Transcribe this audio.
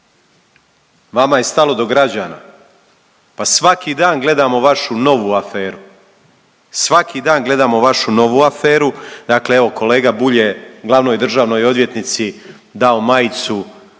Vama je stalo do građana? Pa svaki dan gledamo vašu novu aferu, svaki dan gledamo vašu novu aferu. Dakle, evo kolega Bulj je glavnoj državnoj odvjetnici dao majicu